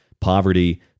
poverty